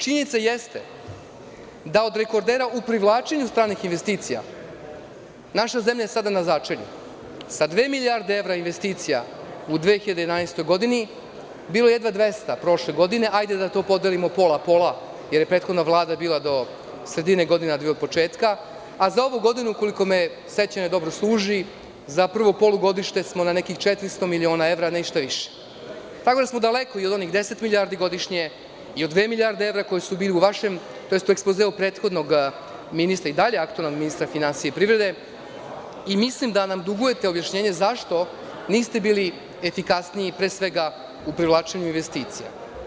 Činjenica jeste da od rekordera u privlačenju stranih investicija, naša zemlja je sada na začelju, sa 2 milijarde evra investicija u 2011. godini, bilo je jedva 200 prošle godine, hajde da to podelimo pola-pola, jer je prethodna vlada bila do sredine godine, a vi od početka, a za ovu godinu, koliko me sećanje dobro služi, za prvo polugodište smo na nekih 400 miliona evra, ništa više, tako da smo daleko i od onih 10 milijardi godišnje i od 2 milijarde evra koje su bile u vašem, tj. u ekspozeu prethodnog ministra, i dalje aktuelnog ministra finansija i privrede i mislim da nam dugujete objašnjenje zašto niste bili efikasniji u, pre svega, privlačenju investicija.